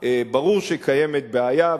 ברור שקיימת בעיה,